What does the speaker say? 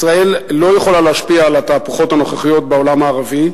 ישראל לא יכולה להשפיע על התהפוכות הנוכחיות בעולם הערבי,